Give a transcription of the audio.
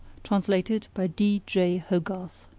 translated by d. j. hogarth